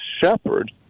shepherd